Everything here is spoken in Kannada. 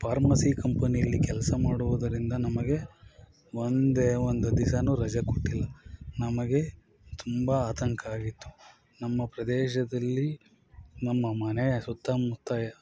ಪಾರ್ಮಸಿ ಕಂಪನಿಯಲ್ಲಿ ಕೆಲಸ ಮಾಡೂದರಿಂದ ನಮಗೆ ಒಂದೇ ಒಂದು ದಿನವೂ ರಜೆ ಕೊಟ್ಟಿಲ್ಲ ನಮಗೆ ತುಂಬ ಆತಂಕ ಆಗಿತ್ತು ನಮ್ಮ ಪ್ರದೇಶದಲ್ಲಿ ನಮ್ಮ ಮನೆಯ ಸುತ್ತಮುತ್ತ